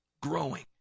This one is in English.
Growing